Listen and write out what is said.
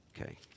Okay